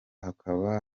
hakaba